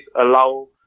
allow